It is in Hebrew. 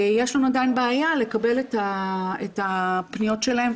יש לנו עדיין בעיה לקבל את הפניות שלהם,